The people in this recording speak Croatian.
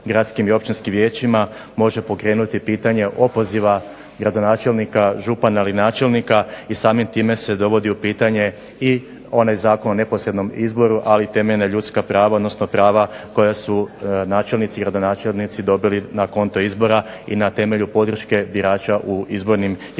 i općinskim vijećima može pokrenuti pitanje opoziva gradonačelnika, župana ili načelnika i samim time se dovodi u pitanje i onaj zakon o neposrednom izboru ali i temeljna ljudska prava i prava koja su načelnici, gradonačelnici dobili na konto izbora i na temelju podrške birača u izbornim jedinicama.